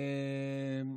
השבחות.